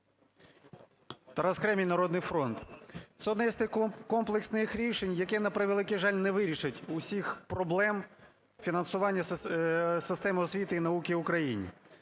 Тарас Кремінь, "Народний фронт" . Це одне із тих комплексних рішень, яке, на превеликий жаль, не вирішить усіх проблем фінансування системи освіти і науки в Україні.